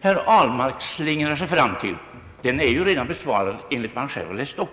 herr Ahlmark nu slingrar sig fram till är ju redan besvarad enligt det som han själv läste upp.